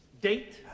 date